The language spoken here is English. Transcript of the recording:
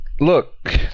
look